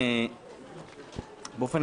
באופן